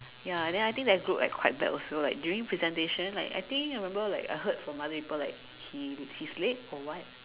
ya then I think like that group like quite bad also like during presentation like I think remember like I heard from the other people like he he's late or what